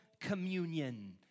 communion